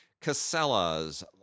Casella's